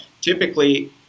Typically